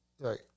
Right